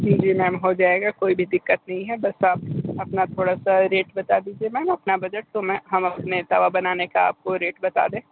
जी जी मैम हो जाएगा कोई भी दिक्कत नहीं है बस आप अपना थोड़ा सा रेट बता दीजिए मैम अपना बजट तो मैं हम अपने तवा बनाने का आप को रेट बता दें